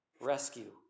rescue